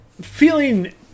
feeling